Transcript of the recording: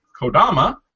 Kodama